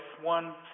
one